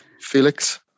Felix